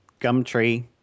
Gumtree